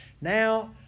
Now